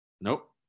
Nope